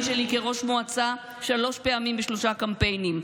שלי כראש מועצה שלוש פעמים בשלושה קמפיינים.